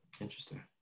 Interesting